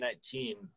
2019